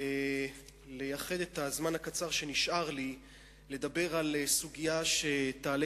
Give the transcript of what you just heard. אני רוצה לייחד את הזמן הקצר שנשאר לי לדבר על סוגיה שתעלה